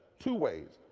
two ways.